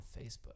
Facebook